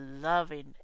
loving